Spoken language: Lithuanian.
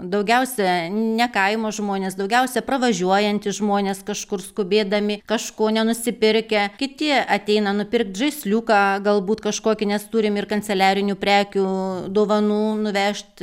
daugiausia ne kaimo žmonės daugiausia pravažiuojantys žmonės kažkur skubėdami kažko nenusipirkę kiti ateina nupirkt žaisliuką galbūt kažkokį nes turim ir kanceliarinių prekių dovanų nuvežt